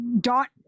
dot